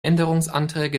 änderungsanträge